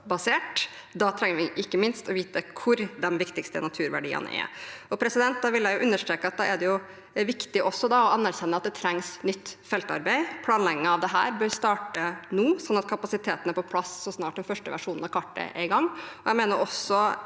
Da trenger vi ikke minst å vite hvor de viktigste naturverdiene er.» Da vil jeg understreke at det er viktig å anerkjenne at det trengs nytt feltarbeid. Planlegging av det bør starte nå, sånn at kapasiteten er på plass så snart den første versjonen av kartet er klar.